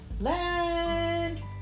land